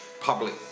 public